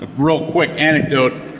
ah real quick anecdote.